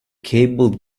cable